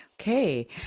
okay